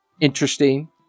interesting